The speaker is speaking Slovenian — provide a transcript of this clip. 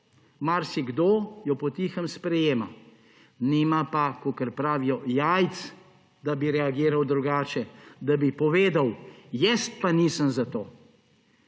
marsikdo jo po tihem sprejema, nima pa, kakor pravijo, jajc da bi reagiral drugače, da bi povedal: jaz pa nisem za to.